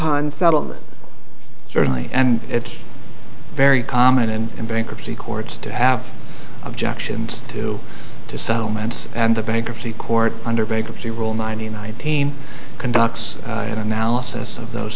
upon settlement certainly and it's very common and in bankruptcy courts to have objections to to settlements and the bankruptcy court under bankruptcy rule nine hundred nineteen conducts an analysis of those